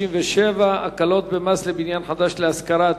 67) (הקלות במס לבניין חדש להשכרה),